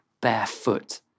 barefoot